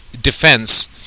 defense